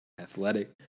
Athletic